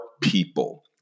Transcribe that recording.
people